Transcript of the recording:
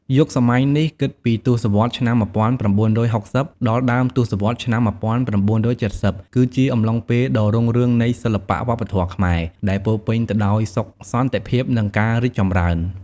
យុគសម័យនេះ គិតពី ទសវត្សរ៍ឆ្នាំ១៩៦០ ដល់ដើមទសវត្សរ៍ឆ្នាំ១៩៧០ គឺជាអំឡុងពេលដ៏រុងរឿងនៃសិល្បៈវប្បធម៌ខ្មែរ ដែលពោរពេញទៅដោយសុខសន្តិភាព និងការរីកចម្រើន។